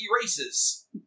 Races